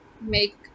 make